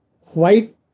white